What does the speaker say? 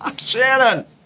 Shannon